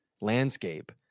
landscape